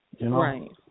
Right